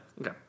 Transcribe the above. okay